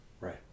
Right